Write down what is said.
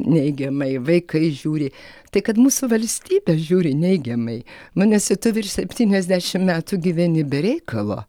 neigiamai vaikai žiūri tai kad mūsų valstybė žiūri neigiamai nu nesi tu virš septyniasdešimt metų gyveni be reikalo